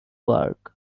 work